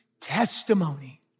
Testimony